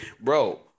bro